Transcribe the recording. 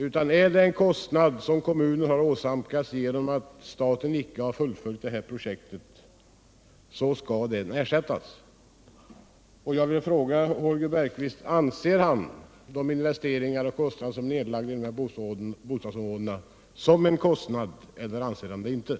Har kommunen åsamkats en kostnad till följd av att staten icke har fullföljt det här projektet, skall den ersättas. Jag vill fråga Holger Bergqvist: Betraktar ni de investeringar som gjorts i dessa bostadsområden som en kostnad eller ej?